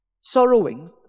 sorrowing